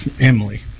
Emily